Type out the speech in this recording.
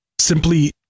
simply